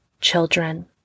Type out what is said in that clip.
children